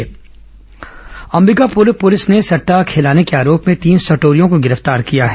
सट्टा आरोपी गिरफ्तार अंबिकापुर पुलिस ने सट्टा खेलाने के आरोप में तीन सटोरियों को गिरफ्तार किया है